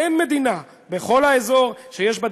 והתיישבות